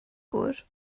gŵr